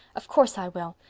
of course i will.